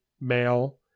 male